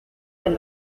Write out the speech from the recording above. del